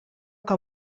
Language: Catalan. que